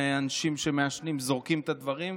שאנשים שמעשנים זורקים את הדברים,